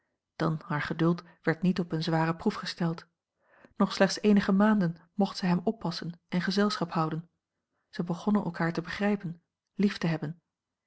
dan haar geduld werd niet op eene zware proef gesteld nog slechts eenige maanden mocht zij hem oppassen en gezelschap honden zij begonnen elkaar te begrijpen lief te hebben